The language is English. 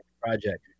project